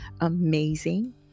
amazing